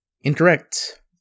incorrect